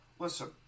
Listen